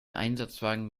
einsatzwagen